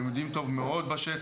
והם יודעים טוב מאוד בשטח.